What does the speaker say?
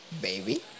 baby